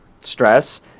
stress